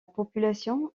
population